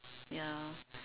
ya